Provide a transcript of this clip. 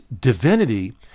divinity